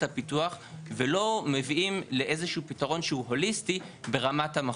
הפיתוח ולא מביאים לאיזשהו פתרון שהוא הוליסטי ברמת המחוז.